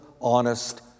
honest